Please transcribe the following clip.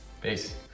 Peace